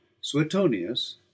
suetonius